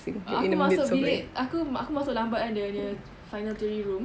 uh aku masuk bilik aku masuk lambat kan dia nya final theory room